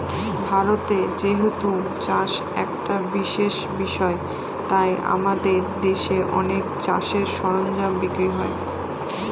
ভারতে যেহেতু চাষ একটা বিশেষ বিষয় তাই আমাদের দেশে অনেক চাষের সরঞ্জাম বিক্রি হয়